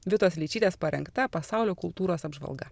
vitos ličytės parengta pasaulio kultūros apžvalga